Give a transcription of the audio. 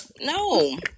No